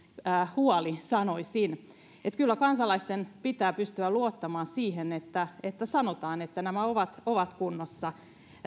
huoli sanoisin kyllä kansalaisten pitää pystyä luottamaan siihen että että sanotaan että nämä ovat ovat kunnossa